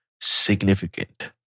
significant